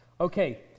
Okay